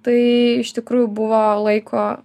tai iš tikrųjų buvo laiko